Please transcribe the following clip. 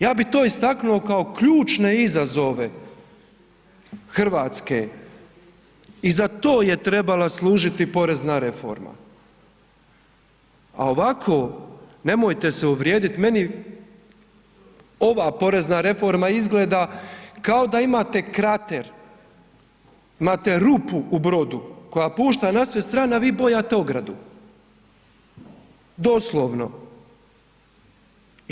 Ja bi to istaknuo kao ključne izazove Hrvatske i za to je trebala služiti porezna reforma, a ovako nemojte se uvrijediti meni ova porezna izgleda kao da imate krater, imate rupu u brodu koja pušta na sve strane, a vi bojate ogradu, doslovno.